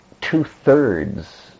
two-thirds